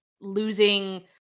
losing